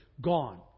gone